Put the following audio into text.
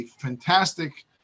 fantastic